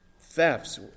thefts